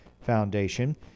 Foundation